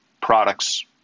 products